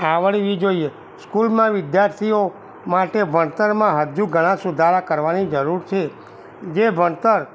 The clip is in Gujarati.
આવડવી જોઈએ સ્કૂલમાં વિદ્યાર્થીઓ માટે ભણતરમાં હજુ ઘણા સુધારા કરવાની જરૂર છે જે ભણતર